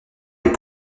les